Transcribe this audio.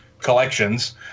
collections